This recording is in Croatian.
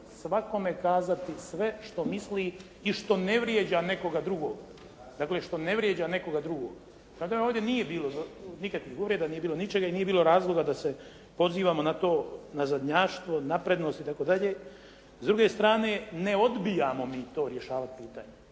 svakome kazati sve što misli i što ne vrijeđa nekoga drugog. Dakle, ovdje nije bilo nikakvih uvreda, nije bilo ničega i nije bilo razloga da se pozivamo na to nazadnjaštvo, naprednost itd. S druge strane, ne odbijamo mi to rješavati pitanje,